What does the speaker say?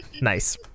Nice